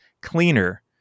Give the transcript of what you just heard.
cleaner